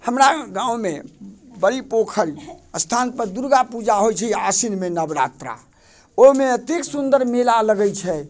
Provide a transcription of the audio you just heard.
हमरा गाँवमे बड़ी पोखरि अछि स्थान पर दुर्गा पूजा होइ छै आसिनमे नवरात्रा ओहिमे अत्तेक सुन्दर मेला लगै छै